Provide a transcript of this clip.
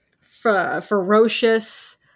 ferocious